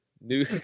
New